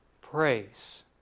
praise